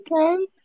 Okay